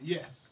Yes